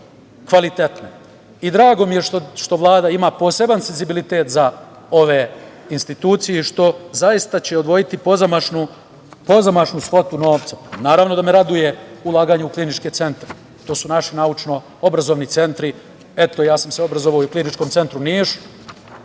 Drago mi je što Vlada ima poseban senzibilitet za ove institucije i što će zaista odvojiti pozamašnu svotu novca. Naravno da me raduje i ulaganje u kliničke centre. To su naši naučno-obrazovni centri. Eto, ja sam se obrazovao i u Kliničkom centru u